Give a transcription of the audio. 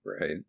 right